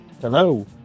Hello